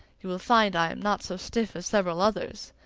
you will find i am not so stiff as several others,